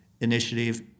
initiative